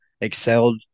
excelled